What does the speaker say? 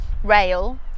rail